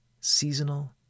Seasonal